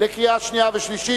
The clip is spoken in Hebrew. קריאה שנייה וקריאה שלישית.